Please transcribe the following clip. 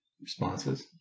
Responses